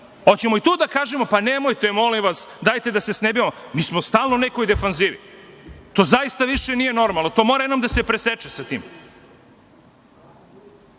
Hoćemo li i tu da kažemo – pa, nemojte, molim vas, dajte da se snebivamo? Mi smo stalno u nekoj defanzivi. To zaista više nije normalno, mora jednom da se preseče sa tim.